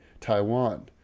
Taiwan